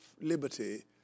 liberty